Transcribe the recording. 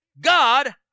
God